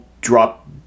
drop